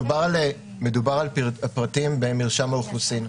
מדובר על פרטים במרשם האוכלוסין.